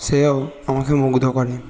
সেও আমাকে মুগ্ধ করে